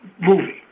movie